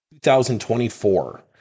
2024